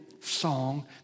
song